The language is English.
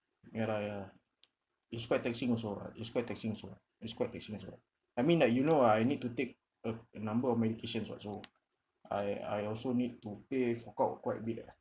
ya lah ya lah it's quite taxing also lah it's quite taxing also ah it's quite taxing also ah I mean like you know ah I need to take a a number of medications [what] so I I also need to pay fork out quite a bit uh